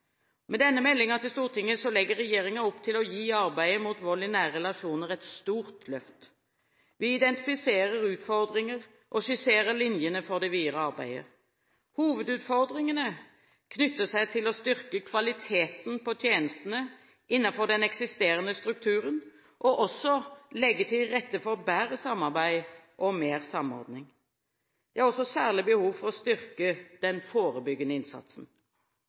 i nære relasjoner et stort løft. Vi identifiserer utfordringer og skisserer linjene for det videre arbeidet. Hovedutfordringene knytter seg til å styrke kvaliteten på tjenestene innenfor den eksisterende strukturen og også å legge til rette for bedre samarbeid og mer samordning. Det er også et særlig behov for å styrke den forebyggende innsatsen.